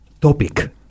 topic